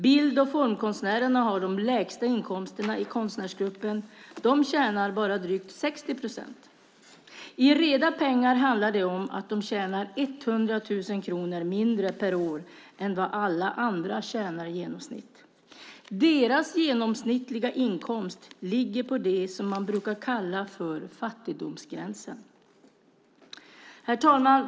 Bild och formkonstnärerna har de lägsta inkomsterna i konstnärsgruppen. De tjänar bara drygt 60 procent. I reda pengar handlar det om att de tjänar 100 000 kronor mindre per år än vad alla andra tjänar i genomsnitt. Deras genomsnittliga inkomst ligger på det som man brukar kalla fattigdomsgränsen. Herr talman!